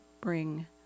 bring